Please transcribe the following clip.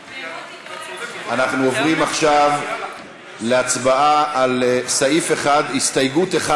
אנחנו עוברים עכשיו להצבעה על הסתייגות 1,